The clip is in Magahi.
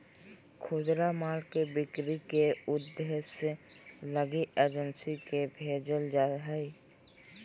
खुदरा माल के बिक्री के उद्देश्य लगी एजेंट के भेजल जा हइ